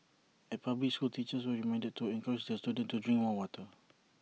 at public schools teachers were reminded to encourage the students to drink more water